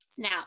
Now